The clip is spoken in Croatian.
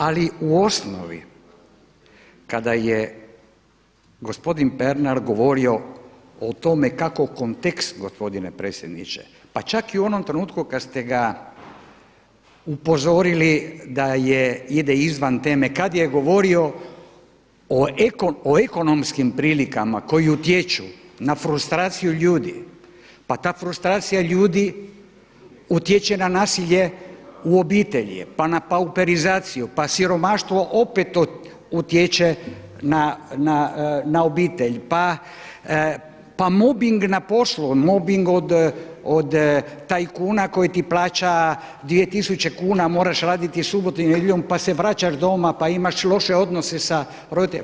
Ali u osnovi kada je gospodin Pernar govorio o tome kako kontekst gospodine predsjedniče, pa čak i u onom trenutku kada ste ga upozorili da ide izvan teme, kada je govorio o ekonomskim prilikama koji utječu na frustraciju ljudi, pa ta frustracija ljudi utječe na nasilje u obitelji, pa na pauperizaciju, pa siromaštvo opet utječe na obitelj, pa mobing na poslu, mobing od tajkuna koji ti plaća 2000 kuna moraš raditi subotom i nedjeljom, pa se vraćaš doma pa imaš loše odnose sa roditeljima.